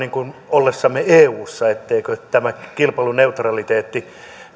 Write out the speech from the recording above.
ollessamme eussa että tämä kilpailuneutraliteetti